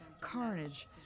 carnage